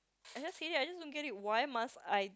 I just hate it I just don't get it why must I